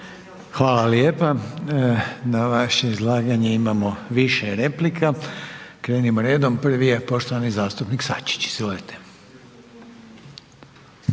Hvala lijepa. Na vaše izlaganje imamo više replika. Krenimo redom, prvi je poštovani zastupnik Sačić.